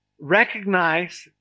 recognize